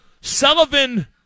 Sullivan